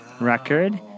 record